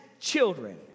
children